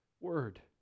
word